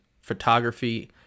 photography